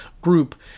group